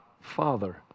Father